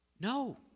no